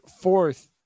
fourth